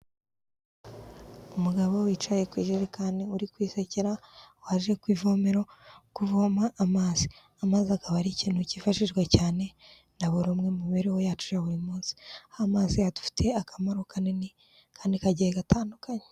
Umugabo wicaye ku ijerekani uri kwisekera, waje kuvomera kuvoma amazi, amazi akaba ari ikintu cyifashishwa cyane na buri umwe mu mibereho yacu ya buri munsi, aho amazi adufitiye akamaro kanini kandi kagiye gatandukanye.